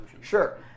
sure